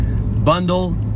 bundle